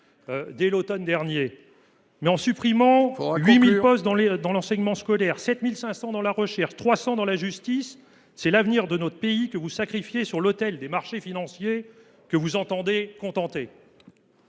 Il faut conclure. Mais en supprimant 8 000 postes dans l’enseignement scolaire, 7 500 dans la recherche, 300 dans la justice, c’est l’avenir de notre pays que vous sacrifiez sur l’autel des marchés financiers que vous entendez contenter.